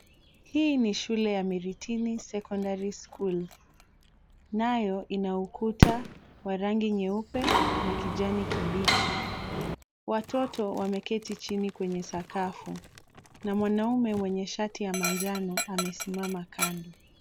Hii ni shule ya Miritini Secondary School, nayo ina ukuta mweupe na kijani kibichi. Watoto wameketi chini kwenye sakafu na mwanaume mwenye shati ya manjano amesimama kando.